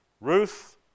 Ruth